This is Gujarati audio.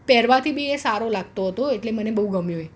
પહેરવાથી બી એ સારો લાગતો હતો એટલે મને બહુ ગમ્યો એ